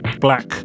black